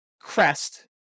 crest